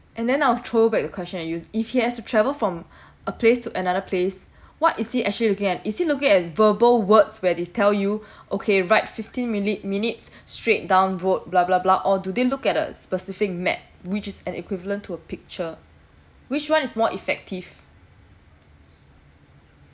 and then I'll throwback the question to you if he has to travel from a place to another place what is he actually looking at is he still looking at verbal words where they tell you okay right fifteen minute minutes straight down road blah blah blah or do they look at a specific map which is an equivalent to a picture which one is more effective